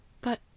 But